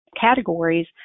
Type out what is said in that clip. categories